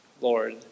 Lord